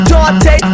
Dante